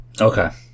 Okay